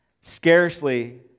scarcely